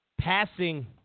passing